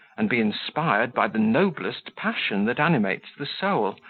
and be inspired by the noblest passion that animates the soul,